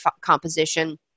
composition